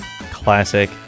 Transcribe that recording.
classic